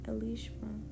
Elishma